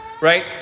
Right